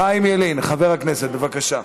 חיים ילין, חבר הכנסת, בבקשה.